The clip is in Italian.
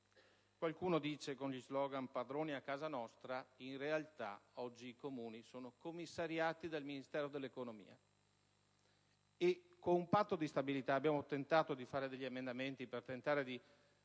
Qualcuno dice con gli *slogan*: padroni a casa nostra. In realtà oggi i Comuni sono commissariati dal Ministero dell'economia. Col Patto di stabilità abbiamo tentato di fare degli emendamenti per tentare di